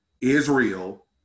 Israel